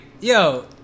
yo